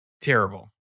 terrible